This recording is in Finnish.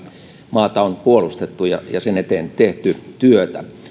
maata on puolustettu ja ja sen eteen tehty työtä